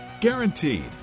Guaranteed